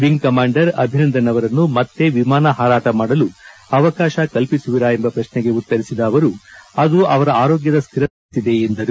ಎಂಗ್ commander Abhinandan ಅವರನ್ನು ಮತ್ತೆ ವಿಮಾನ ಹಾರಾಟ ಮಾಡಲು ಅವಕಾಶ ಕಲ್ಪಿಸುವಿರಾ ಎಂಬ ಪ್ರಕ್ಷೆಗೆ ಉತ್ತರಿಸಿದ ಅವರು ಅದು ಅವರ ಆರೋಗ್ದದ ಸ್ಥಿರತೆಯನ್ನು ಅವಲಂಭಿಸಿದೆ ಎಂದರು